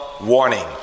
Warning